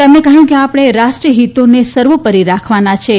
તેમણે કહ્યું કે આપણે રાષ્ટ્રીય હીતોને સર્વોપરી રાખવાના છીએ